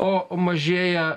o mažėja